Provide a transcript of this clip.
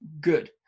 good